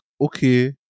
okay